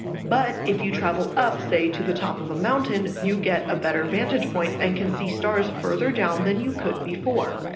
but if you travel up say to the top of a mountain, you get a better vantage point and can see stars further down than you could before.